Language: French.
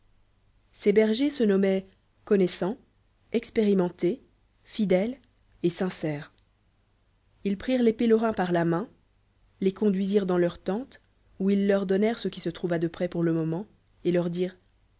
ce bergers se nommaient connaissant expérimentés fidèles et sincères ils prirent les pélerins pas la main les conduisirent dans leur tentes ofi ils leur donnèrent ce qu se trouva de prêt pour le moment et leur dirent